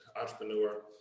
entrepreneur